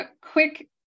quick